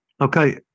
Okay